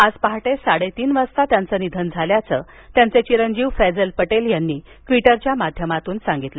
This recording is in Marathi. आज पाहते साडेतीन वाजता त्यांचं निधन झाल्याचं त्यांचे चिरंजीव फैजल पटेल यांनी ट्वीटरच्या माध्यमातून सांगितलं